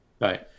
Right